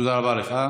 תודה רבה לך.